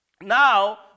Now